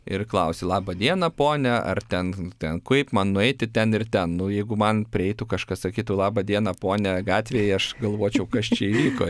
ir klausi laba diena pone ar ten ten kaip man nueiti ten ir ten nu jeigu man prieitų kažkas sakytų labą dieną pone gatvėj aš galvočiau kas čia įvyko